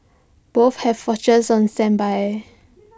both have watchers on standby